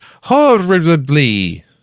horribly